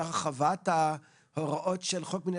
שבאמת באים כל העם